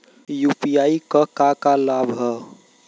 UPI क का का लाभ हव?